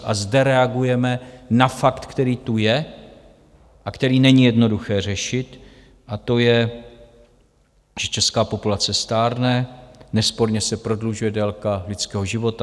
A zde reagujeme na fakt, který tu je a který není jednoduché řešit, a to je, že česká populace stárne, nesporně se prodlužuje délka lidského života.